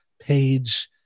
page